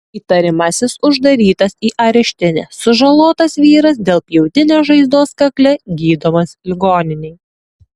įtariamasis uždarytas į areštinę sužalotas vyras dėl pjautinės žaizdos kakle gydomas ligoninėje